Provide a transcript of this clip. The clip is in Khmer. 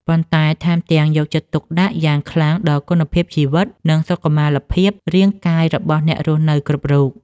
ប៉ុន្តែថែមទាំងយកចិត្តទុកដាក់យ៉ាងខ្លាំងដល់គុណភាពជីវិត និងសុខុមាលភាពរាងកាយរបស់អ្នករស់នៅគ្រប់រូប។